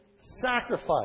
sacrifice